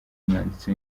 umwanditsi